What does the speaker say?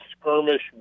skirmish